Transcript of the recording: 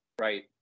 right